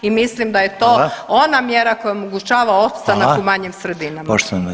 I mislim da je to [[Upadica Reiner: Hvala.]] ona mjera koja omogućava opstanak u manjim sredinama.